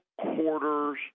quarters